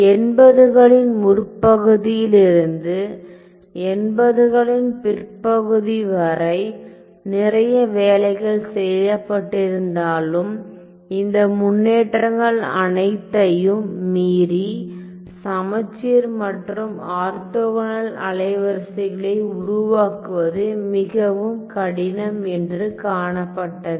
80 களின் முற்பகுதியிலிருந்து 80 களின் பிற்பகுதி வரை நிறைய வேலைகள் செய்யப்பட்டிருந்தாலும் இந்த முன்னேற்றங்கள் அனைத்தையும் மீறி சமச்சீர் மற்றும் ஆர்த்தோகனல் அலைவரிசைகளை உருவாக்குவது மிகவும் கடினம் என்று காணப்பட்டது